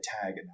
tag